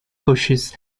bushes